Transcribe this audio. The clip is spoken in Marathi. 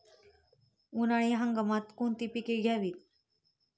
उन्हाळी हंगामात कोणती पिके घ्यावीत?